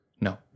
No